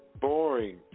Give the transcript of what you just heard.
boring